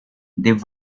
they